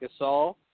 Gasol